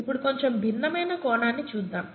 ఇప్పుడు కొంచెం భిన్నమైన కోణాన్ని చూద్దాం